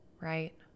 right